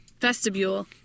Vestibule